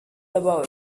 about